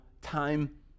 time